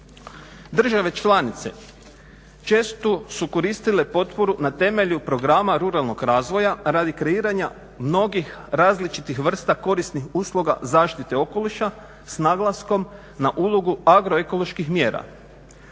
Države članice često su koristile potporu na temelju programa ruralnog razvoja radi kreiranja mnogih različitih vrsta korisnih usluga zaštite okoliša s naglaskom na ulogu agroekoloških mjera.